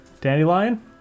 Dandelion